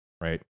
right